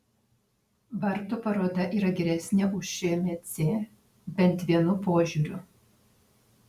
vartų paroda yra geresnė už šmc bent vienu požiūriu